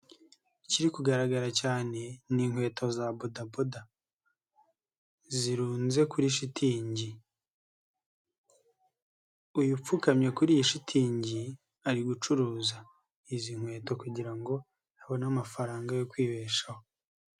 Ikiri kugaragara cyane ni inkweto za bodaboda, zirunze kuri shitingi, uyu upfukamye kuri iyi shitingi ari gucuruza izi nkweto kugira ngo abone amafaranga yo kwibeshaho.